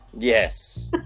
Yes